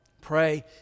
pray